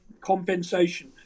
compensation